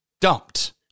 dumped